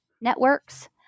networks